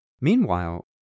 Meanwhile